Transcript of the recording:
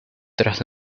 tras